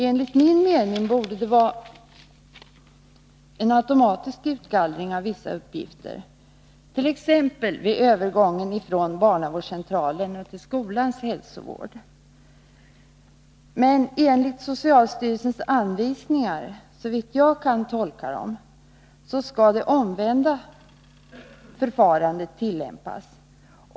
Enligt min mening borde det ske en automatisk utgallring av vissa uppgifter, t.ex. vid övergången från barnavårdscentralen till skolans hälsovård. Men enligt socialstyrelsens anvisningar skall, såvitt jag kan tolka dem, det omvända förfarandet tillämpas.